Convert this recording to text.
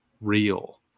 real